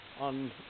On